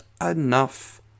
enough